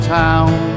town